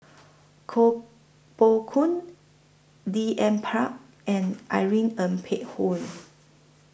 Koh Poh Koon D N Pritt and Irene Ng Phek Hoong